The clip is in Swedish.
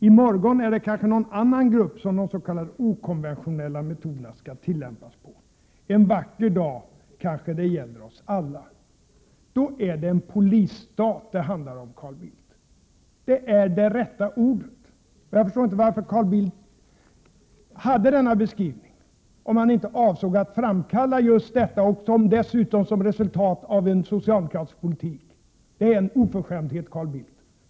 I morgon är det kanske någon annan grupp som de s.k. okonventionella metoderna skall tillämpas på. En vacker dag kanske det gäller oss alla. Då är det en polisstat det handlar om, Carl Bildt! Det är det rätta ordet, och jag förstår inte varför Carl Bildt hade denna beskrivning om han inte avsåg att framkalla just denna bild, och dessutom som ett resultat av en socialdemokratisk politik. Det är en oförskämdhet, Carl Bildt!